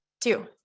Two